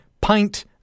pint